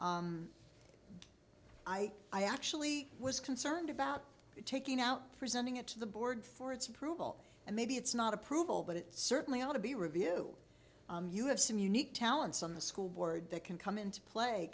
i i actually was concerned about it taking out presenting it to the board for its approval and maybe it's not approval but it certainly ought to be review you have some unique talents on the school board that can come into play